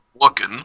Looking